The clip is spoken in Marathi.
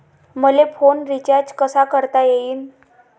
मले फोन रिचार्ज कसा करता येईन?